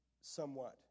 somewhat